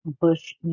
Bush